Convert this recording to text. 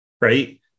right